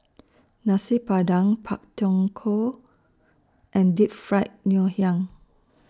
Nasi Padang Pak Thong Ko and Deep Fried Ngoh Hiang